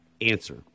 answer